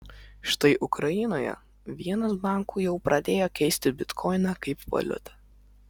štai ukrainoje vienas bankų jau pradėjo keisti bitkoiną kaip valiutą